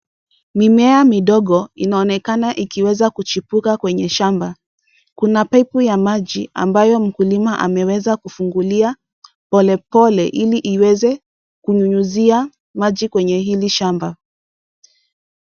Mimea midogo inaonekana ikiweza kuchipuka kwenye shamba, kuna paipu ya maji ambayo mkulima ameweza kufungulia polepole ili iweze kunyunyuzia maji kwenye hili shamba.